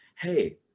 hey